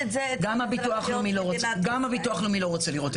גם הביטוח הלאומי לא רוצה לראות את זה.